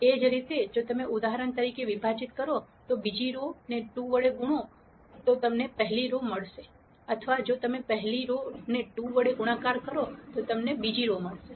એ જ રીતે જો તમે ઉદાહરણ તરીકે વિભાજીત કરો બીજી રો ને 2 વડે તો તમને પહેલી રો મળશે અથવા જો તમે પહેલી રો ને 2 વડે ગુણાકાર કરો તો તમને બીજી રો મળશે